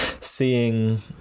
seeing